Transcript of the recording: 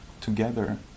together